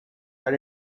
that